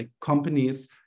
companies